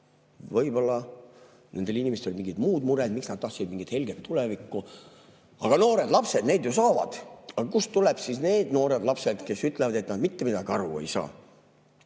Võib-olla nendel inimestel on mingid muud mured, miks nad tahtsid mingit helget tulevikku. Aga noored ja lapsed ju saavad [aru]. Aga kust tulevad siis need noored ja lapsed, kes ütlevad, et nad mitte midagi aru ei saa?